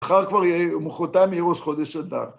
מחר כבר יהיה או מחרותיים יהיו ראש חודש אדר